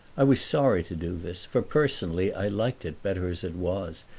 i was sorry to do this, for personally i liked it better as it was,